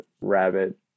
rabbit